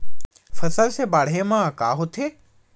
फसल से बाढ़े म का होथे?